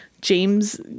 James